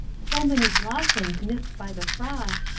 so many blossoms nipped by the frost,